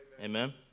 Amen